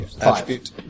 Attribute